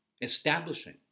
establishing